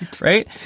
right